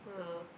so